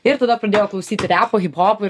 ir tada pradėjau klausyti repo hiphopo ir